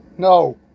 No